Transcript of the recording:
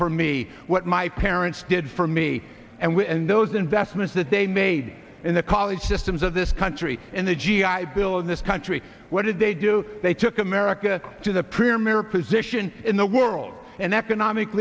for me what my parents did for me and when those investments that they made in the college systems of this country and the g i bill in this country what did they do they took america to the premier position in the world and economic